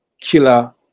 Killer